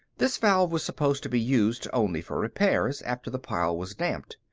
this valve was supposed to be used only for repairs, after the pile was damped.